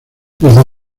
desde